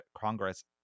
Congress